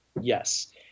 Yes